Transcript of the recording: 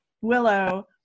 Willow